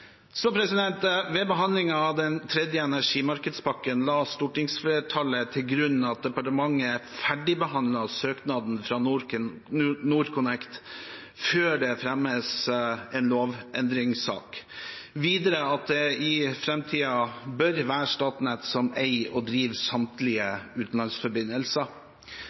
Ved behandlingen av den tredje energimarkedspakken la stortingsflertallet til grunn at departementet ferdigbehandler søknaden fra NorthConnect før det fremmes en lovendringssak, og videre at det i framtiden bør være Statnett som eier og driver samtlige utenlandsforbindelser.